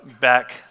back